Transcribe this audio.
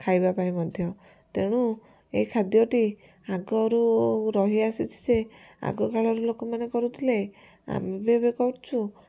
ଖାଇବା ପାଇଁ ମଧ୍ୟ ତେଣୁ ଏଇ ଖାଦ୍ୟଟି ଆଗରୁ ରହିଆସିଛି ଯେ ଆଗକାଳର ଲୋକମାନେ କରୁଥିଲେ ଆମେ ବି ଏବେ କରଛୁ